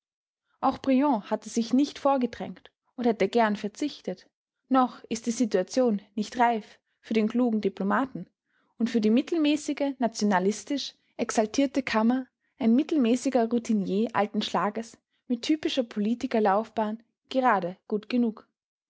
auch briand hat sich nicht vorgedrängt und hätte gern verzichtet noch ist die situation nicht reif für den klugen diplomaten und für die mittelmäßige nationalistisch exaltierte kammer ein mittelmäßiger routinier alten schlages mit typischer politikerlaufbahn gerade gut genug